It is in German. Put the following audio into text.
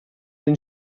den